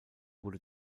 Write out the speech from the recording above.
wurde